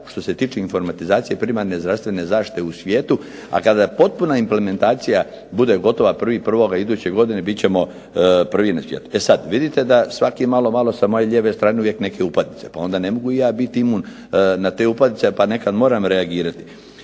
što se tiče informatizacije primarne zdravstvene zaštite u svijetu, a kada potpuna implementacija bude gotova 01.01. iduće godine bit ćemo prvi na svijetu. E sad, vidite da svaki malo, malo sa moje lijeve strane uvijek neke upadice pa onda ne mogu i ja biti imun na te upadice pa nekad moram reagirati.